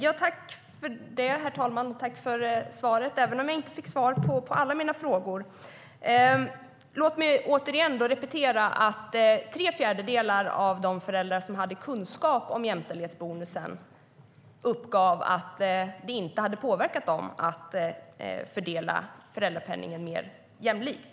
Herr talman! Jag tackar för svaret, även om jag inte fick svar på alla mina frågor. Låt mig återigen repetera att tre fjärdedelar av de föräldrar som hade kunskap om jämställdhetsbonusen uppgav att det inte hade påverkat dem att fördela föräldrapenningen mer jämställt.